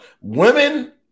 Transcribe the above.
Women